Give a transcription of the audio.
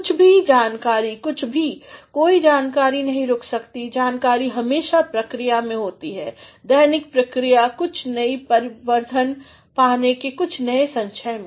कुछ भी कुछ जानकारी कोई जानकारी रुक नहीं सकती जानकारी हमेशा प्रक्रिया में होती है दैनिक प्रक्रिया कुछ नई परिवर्धन पाने का कुछ नई संचय में